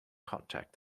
contact